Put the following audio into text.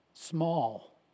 Small